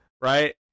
right